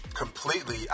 completely